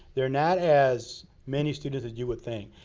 there are not as many students as you would think.